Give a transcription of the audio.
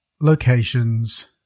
locations